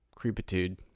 creepitude